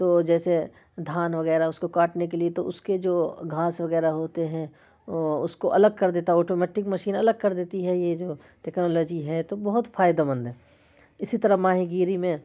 تو جیسے دھان وغیرہ اس کو کاٹنے کے لیے تو اس کے جو گھاس وغیرہ ہوتے ہیں وہ اس کو الگ کر دیتا ہے آٹومیٹک مشین الگ کر دیتی ہے یہ جو ٹیکنالوجی ہے تو بہت فائدہ مند ہے اسی طرح ماہی گیری میں